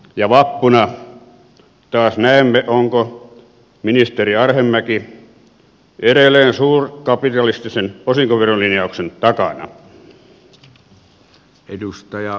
ja vappuna taas näemme onko ministeri arhinmäki edelleen suurkapitalistisen osinkoverolinjauksen takana